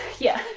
yeah.